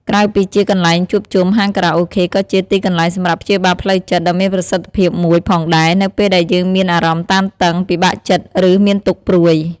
ក្រៅពីជាកន្លែងជួបជុំ ហាងខារ៉ាអូខេក៏ជា ទីកន្លែងសម្រាប់ព្យាបាលផ្លូវចិត្ត ដ៏មានប្រសិទ្ធភាពមួយផងដែរ នៅពេលដែលយើងមានអារម្មណ៍តានតឹង ពិបាកចិត្ត ឬមានទុក្ខព្រួយ។